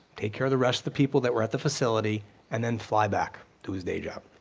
take care of the rest of the people that were at the facility and then fly back to his day job.